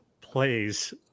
plays